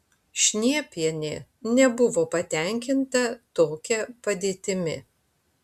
šniepienė nebuvo patenkinta tokia padėtimi